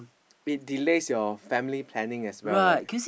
it delays your family planning as well right